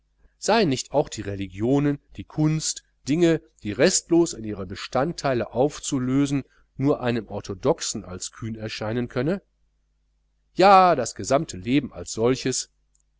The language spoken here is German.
seien nicht auch die religion die kunst dinge die restlos in ihre bestandteile aufzulösen nur einem orthodoxen als kühn erscheinen könne ja das gesamte leben als solches